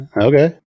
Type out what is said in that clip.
okay